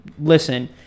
listen